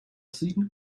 scene